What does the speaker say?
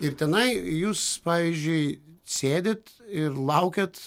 ir tenai jūs pavyzdžiui sėdit ir laukiat